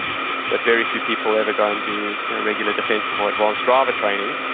but very few people ever go and do regular defensive or advanced driver training.